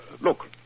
look